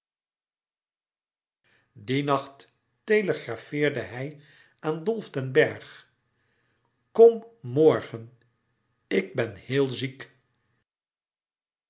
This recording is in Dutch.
dien nacht telegrafeerde hij aan dolf den bergh kom morgen ik ben heel ziek